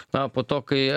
na o po to kai